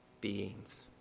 beings